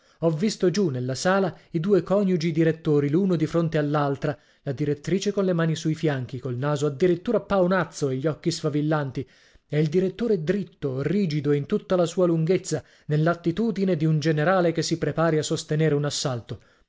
ho visto giù nella sala i due coniugi direttori l'uno di fronte all'altra la direttrice con le mani sul fianchi col naso addirittura paonazzo e gli occhi sfavillanti e il direttore dritto rigido in tutta la sua lunghezza nell'attitudine di un generale che si prepari a sostenere un assalto